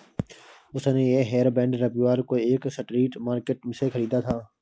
उसने ये हेयरबैंड रविवार को एक स्ट्रीट मार्केट से खरीदा था